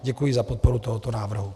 Děkuji za podporu tohoto návrhu.